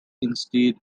instead